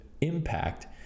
impact